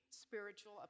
Spiritual